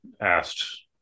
asked